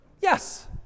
Yes